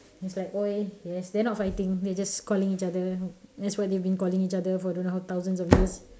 it's like !oi! yes they are not fighting they are just calling each other that's what they have been calling each other for don't know how thousands of years